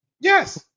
yes